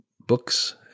books